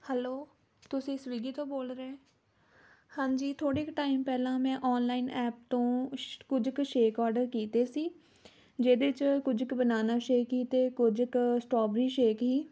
hello ਤੁਸੀਂ Swiggy ਤੋਂ ਬੋਲ ਰਹੇ ਹਾਂਜੀ ਥੋੜ੍ਹੇ ਕੁ ਟਾਈਮ ਪਹਿਲਾਂ ਮੈਂ ਔਨਲਾਈਨ ਐਪ ਸ਼ੇ ਤੋਂ ਕੁਝ ਕੁ ਸ਼ੇਕ ਔਡਰ ਕੀਤੇ ਸੀ ਜਿਹਦੇ 'ਚ ਕੁਝ ਕੁ ਬਨਾਨਾ ਸ਼ੇਕ ਸੀ ਅਤੇ ਕੁਝ ਕੁ ਸਟੋਬਰੀ ਸ਼ੇਕ ਸੀ